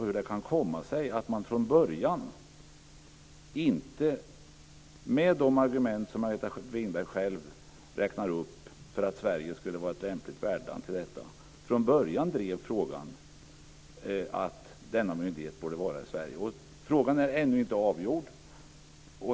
Hur kan det komma sig att man från början inte drev frågan med de argument som Margareta Winberg själv räknar upp för att Sverige skulle vara ett lämpligt värdland för denna myndighet? Frågan är ju ännu inte avgjord.